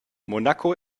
monaco